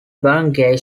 barangay